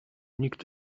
nikt